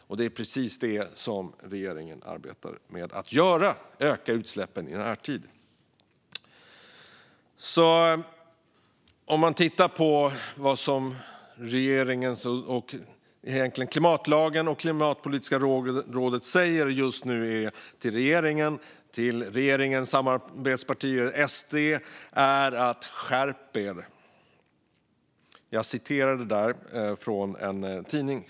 Men det är precis det - att öka utsläppen i närtid - som regeringen arbetar med att göra. Det Klimatpolitiska rådet just nu säger till regeringen och regeringens samarbetsparti SD är "skärp er". Jag citerade nu ur en tidning.